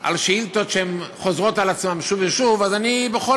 עם שאילתות שחוזרות על עצמן שוב ושוב, אני בכל